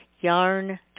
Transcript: Yarn